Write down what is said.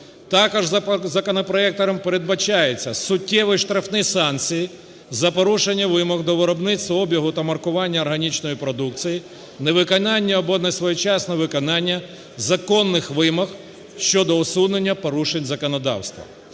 Також законопроектом передбачається суттєві штрафні санкції за порушення вимог до виробництва, обігу та маркування органічної продукції, невиконання або несвоєчасне виконання законних вимог щодо усунення порушень законодавства.